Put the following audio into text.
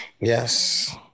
yes